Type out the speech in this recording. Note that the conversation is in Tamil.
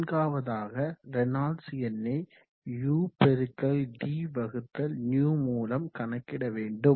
நான்காவதாக ரேனால்ட்ஸ் எண்ணை udυ மூலம் கணக்கிடவேண்டும்